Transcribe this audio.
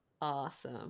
Awesome